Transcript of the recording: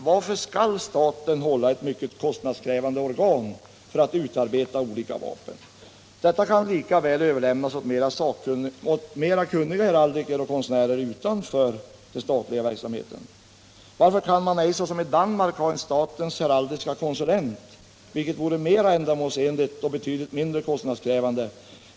Varför skall f. ö. staten hålla ett mycket kostnadskrävande organ för att utarbeta olika vapen? Detta kan lika väl överlämnas åt mera kunniga heraldiker och konstnärer utanför den statliga verksamheten. Varför kan man ej såsom i Danmark ha en statens heraldiske konsulent, vilket vore mera ändamålsenligt och betydligt mindre kostnadskrävande?